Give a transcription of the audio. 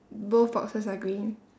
both boxes are green